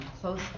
close